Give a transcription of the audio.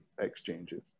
exchanges